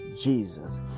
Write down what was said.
Jesus